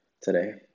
today